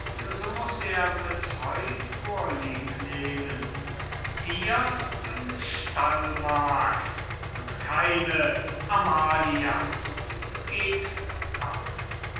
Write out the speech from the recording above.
so muß er mit heu vorlieb nehmen dir eine stallmagd und keine amalia